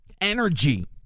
energy